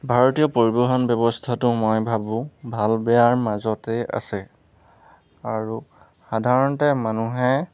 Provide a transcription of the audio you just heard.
ভাৰতীয় পৰিবহণ ব্যৱস্থাটো মই ভাবোঁ ভাল বেয়াৰ মাজতে আছে আৰু সাধাৰণতে মানুহে